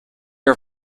are